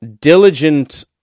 diligent